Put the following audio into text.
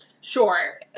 sure